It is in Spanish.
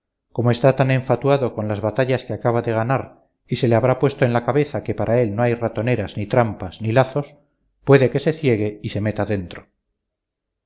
como está tan enfatuado con las batallas que acaba de ganar y se le habrá puesto en la cabeza que para él no hay ratoneras ni trampas ni lazos puede que se ciegue y se meta dentro